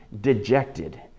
dejected